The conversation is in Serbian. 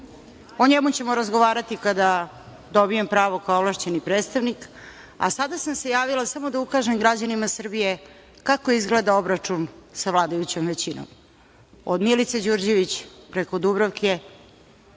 o njemu ćemo razgovarati kada dobijem pravo kao ovlašćeni predstavnik, a sada sam se javila samo da ukažem građanima Srbije kako izgleda obračun sa vladajućom većinom, od Milice Đurđević preko Dubravke,